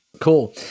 cool